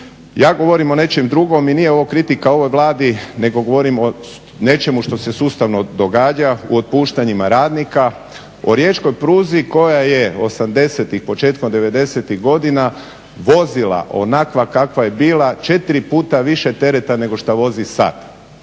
Ja govorim o nečemu drugom, i nije ovo kritika ovoj Vladi nego govorim o nečemu što se sustavno događa, o otpuštanjima radnika, o riječkoj pruzi koja je '80-ih, početkom '90-ih godina vozila onakva kakva je bila 4 puta više tereta nego što vozi sad.